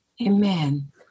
amen